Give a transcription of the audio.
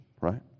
right